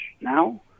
now